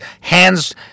hands